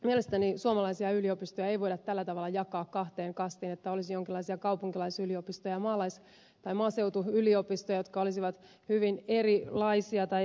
mielestäni suomalaisia yliopistoja ei voida tällä tavalla jakaa kahteen kastiin että olisi jonkinlaisia kaupunkilaisyliopistoja ja maaseutuyliopistoja jotka olisivat hyvin erilaisia tai eriarvoisessa asemassa